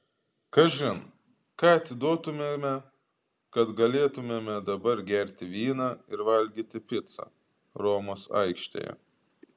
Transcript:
kažin ką atiduotumėme kad galėtumėme dabar gerti vyną ir valgyti picą romos aikštėje